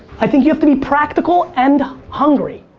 i think you have to be practical and hungry.